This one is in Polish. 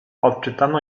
odczytano